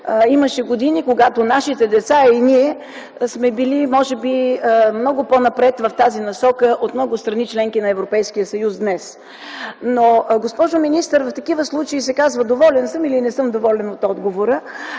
имаше години, когато нашите деца и ние сме били може би много по-напред в тази насока от много страни – членки на Европейския съюз, днес. Но, госпожо министър, в такива случаи се казва доволен съм или не съм доволен от отговора.